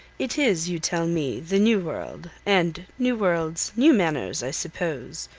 it is, you tell me, the new world, and new worlds, new manners, i suppose.